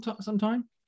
sometime